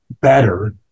better